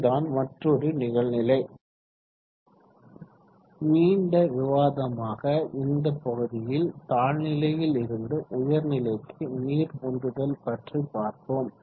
இதுதான் மற்றோரு நிகழ்நிலை நீண்ட விவாதமாக இந்த பகுதியில் தாழ்நிலையில் இருந்து உயர்நிலைக்கு நீர் உந்துதல் பற்றி பார்த்தோம்